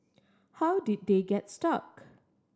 how did they gets stuck